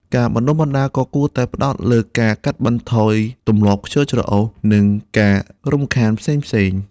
ការបណ្តុះបណ្តាលក៏គួរតែផ្តោតលើការកាត់បន្ថយទម្លាប់ខ្ជិលច្រអូសនិងការរំខានផ្សេងៗ។